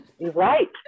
Right